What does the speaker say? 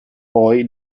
poi